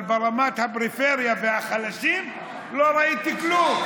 אבל ברמת הפריפריה והחלשים לא ראיתי כלום.